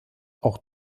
auch